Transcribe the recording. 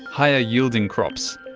higher yielding crops,